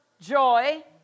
joy